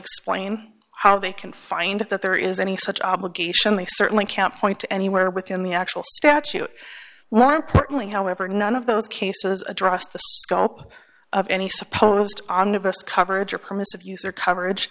explain how they can find that there is any such obligation they certainly can't point to anywhere within the actual statute one importantly however none of those cases addressed the scope of any supposed on new best coverage or promise of user coverage